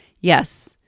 Yes